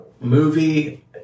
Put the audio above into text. movie